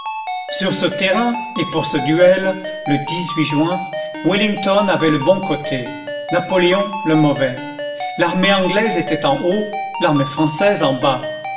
sur ce terrain et pour ce duel le juin wellington avait le bon côté napoléon le mauvais l'armée anglaise était en haut l'armée française en bas